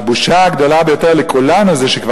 הבושה הגדולה ביותר לכולנו זה שכבר